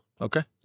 Okay